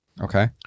okay